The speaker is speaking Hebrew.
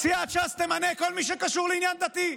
"סיעת ש"ס תמנה כל מי שקשור לעניין דתי".